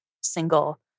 single